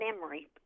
memory